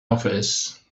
office